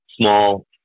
small